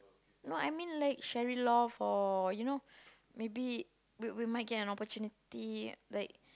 no I mean like Cherry Loft or you know maybe we we might get a opportunity like